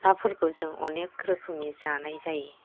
नाफोरखौ जों अनेक रोखोमनि जानाय जायो